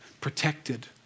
protected